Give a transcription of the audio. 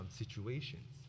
situations